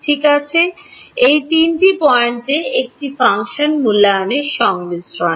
ঠিক আছে এই তিনটি পয়েন্টে এটি ফাংশন মূল্যায়নের সংমিশ্রণ